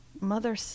mother